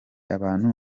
abantu